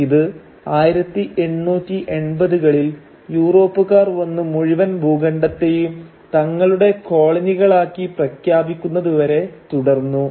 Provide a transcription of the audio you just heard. ഇത് 1880 കളിൽ യൂറോപ്പുകാർ വന്ന് മുഴുവൻ ഭൂഖണ്ഡത്തെയും തങ്ങളുടെ കോളനികളാക്കി പ്രഖ്യാപിക്കുന്നതുവരെ തുടർന്നു